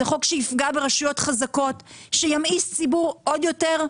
זה חוק שיפגע ברשויות חזקות; שימאיס ציבור עוד יותר.